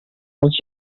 als